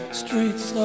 streets